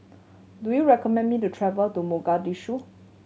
do you recommend me to travel to Mogadishu